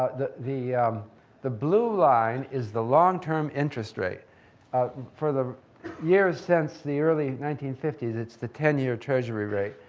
the the the blue line is the long-term interest rate for the years since the early nineteen fifty s. it's the ten year treasury rate.